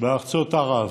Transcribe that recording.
בארצות ערב